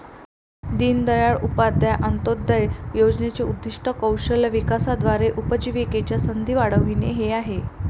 दीनदयाळ उपाध्याय अंत्योदय योजनेचे उद्दीष्ट कौशल्य विकासाद्वारे उपजीविकेच्या संधी वाढविणे हे आहे